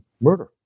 Murder